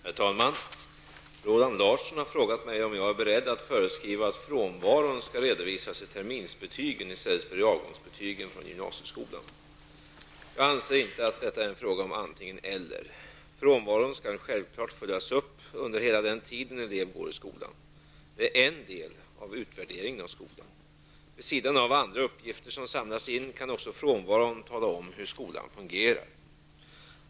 Herr talman! Roland Larsson har frågat mig om jag är beredd att föreskriva att frånvaro skall redovisas i terminsbetygen i stället för i avgångsbetygen från gymnasieskolan. Jag anser inte att detta är en fråga om antingen eller. Frånvaron skall självklart följas upp under hela den tid en elev går i skolan. Det är en del av utvärderingen av skolan. Vid sidan av andra uppgifter som samlas in kan också frånvaron tala om hur skolan fungerar.